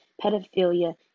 Pedophilia